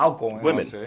women